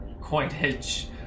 coinage